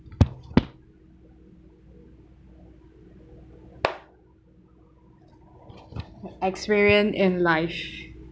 experience in life